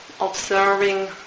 observing